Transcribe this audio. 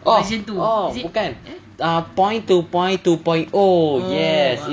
orh orh bukan ah point to point to point O yes